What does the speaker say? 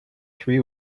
three